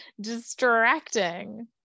distracting